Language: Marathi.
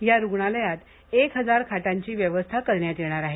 या रुग्णालयात एक हजार खाटांची व्यवस्था करण्यात येणार आहे